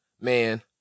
man